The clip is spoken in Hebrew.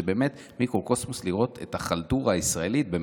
זה באמת מיקרוקוסמוס לראות את החלטורה הישראלית במיטבה.